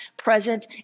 present